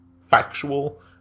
factual